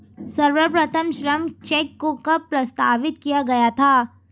सर्वप्रथम श्रम चेक को कब प्रस्तावित किया गया था?